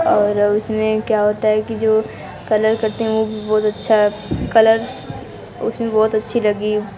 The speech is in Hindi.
और उसमें क्या होता है कि जो कलर करते हैं वो भी बहुत अच्छा है कलर्स उसमें भी बहुत अच्छी लगी